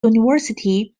university